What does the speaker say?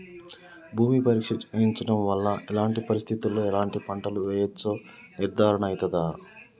భూమి పరీక్ష చేయించడం వల్ల ఎలాంటి పరిస్థితిలో ఎలాంటి పంటలు వేయచ్చో నిర్ధారణ అయితదా?